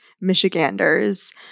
Michiganders